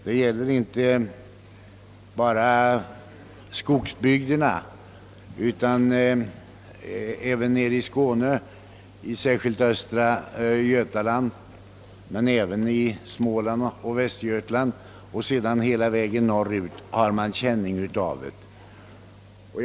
Detta gäller inte bara i skogsbygderna, utan även nere i Skåne, i östra Götaland, i Småland och Västergötland, ja, hela vägen norrut har man känning av det.